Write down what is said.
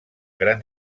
gran